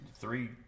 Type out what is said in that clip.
Three